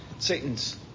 Satan's